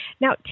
Now